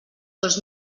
dos